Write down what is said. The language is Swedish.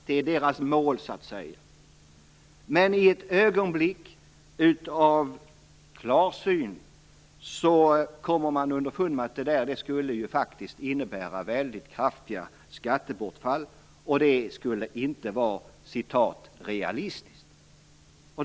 Det är så att säga deras mål. Men i ett ögonblick av klarsyn har man kommit underfund med att det faktiskt skulle innebära kraftiga skattebortfall, vilket inte skulle vara "realistiskt".